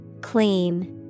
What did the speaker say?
Clean